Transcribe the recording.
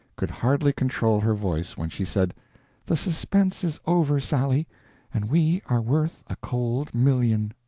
could hardly control her voice when she said the suspense is over, sally and we are worth a cold million!